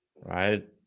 right